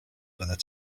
byddet